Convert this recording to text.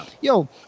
yo